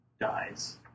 dies